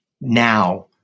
now